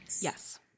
Yes